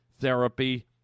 therapy